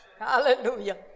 Hallelujah